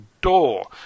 door